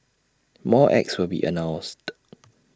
more acts will be announced